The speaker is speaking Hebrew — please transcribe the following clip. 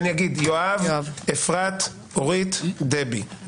אני אגיד: יואב, אפרת, אורית, דבי.